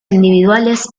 individuales